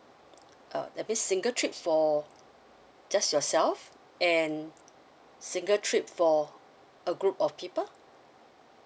uh that means single trips for just yourself and single trip for a group of people